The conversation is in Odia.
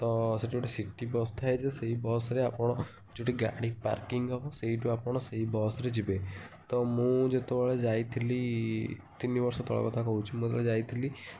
ତ ସେଠି ଗୋଟେ ସିଟି ବସ୍ ଥାଏ ଯେ ସେଇ ବସ୍ରେ ଆପଣ ଯେଉଁଠି ଗାଡ଼ି ପାର୍କିଙ୍ଗ୍ ହେବ ସେଇଠୁ ଆପଣ ସେଇ ବସ୍ରେ ଯିବେ ତ ମୁଁ ଯେତେବେଳେ ଯାଇଥିଲି ତିନି ବର୍ଷ ତଳର କଥା କହୁଛି ମୁଁ ଯେତେବେଳେ ଯାଇଥିଲି